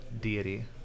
deity